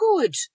good